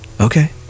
Okay